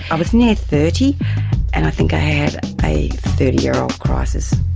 i was near thirty and i think i had a thirty year old crisis.